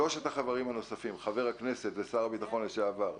שלושת החברים הנוספים: חבר הכנסת ושר הביטחון לשעבר,